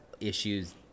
issues